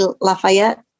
Lafayette